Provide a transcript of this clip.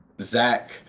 Zach